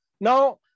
now